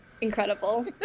Incredible